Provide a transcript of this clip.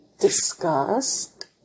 Discussed